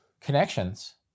connections